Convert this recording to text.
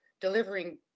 delivering